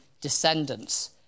descendants